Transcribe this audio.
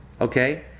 okay